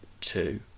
two